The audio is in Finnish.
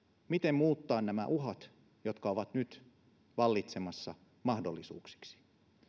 miten muuttaa nämä uhat jotka ovat nyt vallitsemassa mahdollisuuksiksi